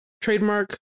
trademark